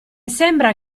sembra